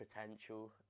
potential